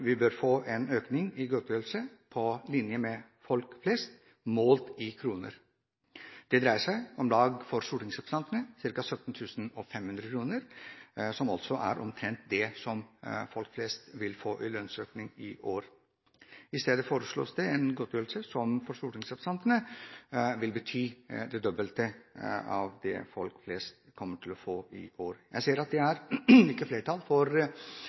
medlemmer bør få en økning i godtgjørelse på linje med folk flest – målt i kroner. Det dreier seg om, for stortingsrepresentantene, ca. 17 500 kr, som er omtrent det folk flest vil få i lønnsøkning i år. I stedet foreslås det en godtgjørelse som for stortingsrepresentantene vil bety det dobbelte av det folk flest kommer til å få i år. Jeg ser at det ikke er flertall for